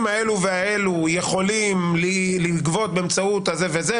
אלו ואלו יכולים לגבות באמצעות זה וזה,